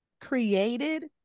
created